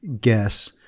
guess